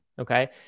okay